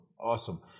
Awesome